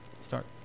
Start